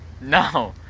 No